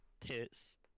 tits